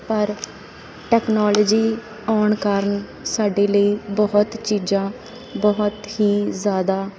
ਪਰ ਟੈਕਨੋਲਜੀ ਆਉਣ ਕਾਰਨ ਸਾਡੇ ਲਈ ਬਹੁਤ ਚੀਜ਼ਾਂ ਬਹੁਤ ਹੀ ਜ਼ਿਆਦਾ